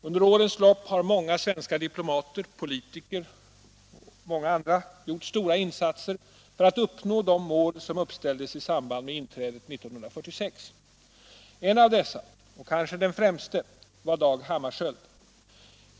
Under årens lopp har många svenska diplomater, politiker och andra gjort stora insatser för att uppnå de mål som uppställdes i samband med inträdet 1946. En av dessa, och kanske den främste, var Dag Hammarskjöld.